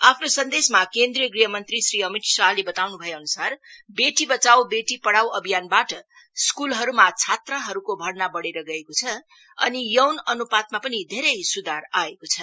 आफ्नो सन्देशमा केन्द्रीय गृह मंत्री श्री अमीत शाहले बताउनु भएअनुसार बेटी बचाउ बेटी पढ़ाउ अभियानबाट स्कूलहरूमा छात्राहरूको भर्ना बढेर गएको छ अनि यौन अनुपातमा पनि धेरै सुधार आएको छ